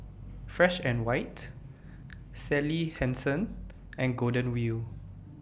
Fresh and White Sally Hansen and Golden Wheel